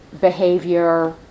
behavior